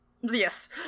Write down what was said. Yes